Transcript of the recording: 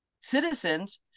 citizens